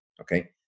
Okay